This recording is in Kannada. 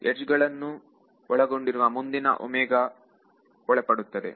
ಯಡ್ಜ್ ಗಳನ್ನು ಒಳಗೊಂಡಿರುವ ಮುಂದನ ಇದಕ್ಕೆ ಒಳಪಡುತ್ತದೆ ಮತ್ತು ಇದಕ್ಕೂ ಒಳಪಡುತ್ತದೆ